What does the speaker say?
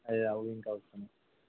అయి రావు ఇంకావసరం